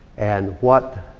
and what,